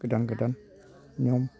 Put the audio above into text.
गोदान गोदान नियम